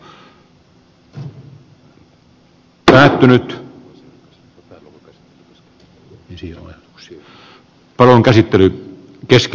pääluokan käsittely keskeytetään